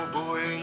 boy